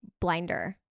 blinder